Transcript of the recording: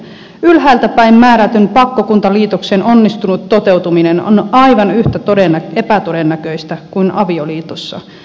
ylhäältä päin määrätyn pakkokuntaliitoksen onnistunut toteutuminen on aivan yhtä epätodennäköistä kuin avioliitossa